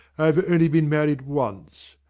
i have only been married once.